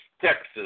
Texas